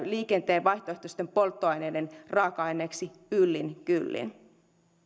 liikenteen vaihtoehtoisten polttoaineiden raaka aineeksi yllin kyllin